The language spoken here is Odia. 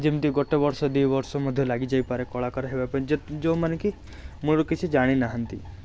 ଯେମତି ଗୋଟେ ବର୍ଷ ଦୁଇ ବର୍ଷ ମଧ୍ୟ ଲାଗି ଯାଇପାରେ କଳାକାର ହେବା ପାଇଁ ଯେତ ଯେଉଁମାନେ କି ମୂଳୁରୁ କିଛି ଜାଣିନାହାନ୍ତି